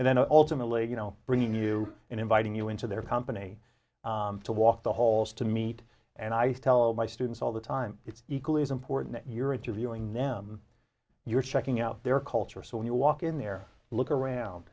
and then ultimately you know bringing you and inviting you into their company to walk the halls to meet and i tell my students all the time it's equally as important you're interviewing them you're checking out their culture so when you walk in there look around